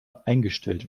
eingestellt